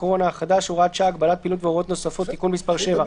הקורונה החדש (הוראת שעה) (הגבלת פעילות והוראות נוספות) (תיקון מס' 7),